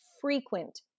frequent